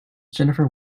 jennifer